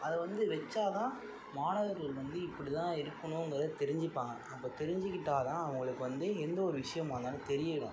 அதைவந்து வச்சாதான் மாணவர்கள் வந்து இப்படிதான் இருக்கணுங்கிறத தெரிஞ்சிப்பாங்க அப்போ தெரிஞ்சிக்கிட்டா தான் அவங்களுக்கு வந்து எந்த ஒரு விஷியமானாலும் தெரியணும்